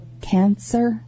cancer